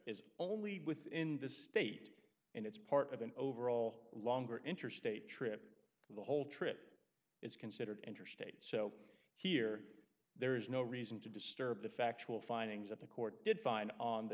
is only within the state and it's part of an overall longer interstate trip the whole trip is considered interstate so here there is no reason to disturb the factual findings that the court did find on the